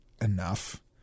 enough